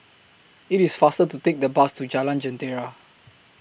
IT IS faster to Take The Bus to Jalan Jentera